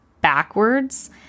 backwards